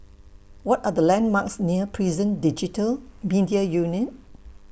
What Are The landmarks near Prison Digital Media Unit